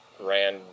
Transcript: ran